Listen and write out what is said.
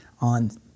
on